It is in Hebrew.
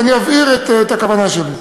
ואני אבהיר את הכוונה שלי.